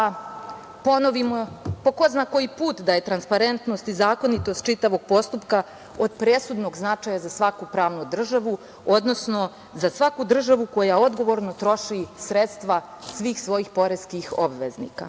ponovimo po ko zna koji put da su transparentnost i zakonitost čitavog postupka od presudnog značaja za svaku pravnu državu, odnosno za svaku državu koja odgovorno troši sredstva svih svojih poreskih obveznika.U